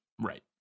Right